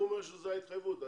הוא אומר שזו ההתחייבות.